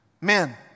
Men